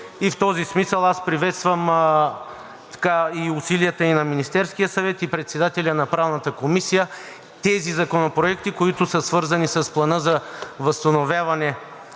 В този смисъл приветствам усилията и на Министерския съвет, и на председателя на Правната комисия тези законопроекти, които са свързани с Плана за възстановяване